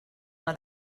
know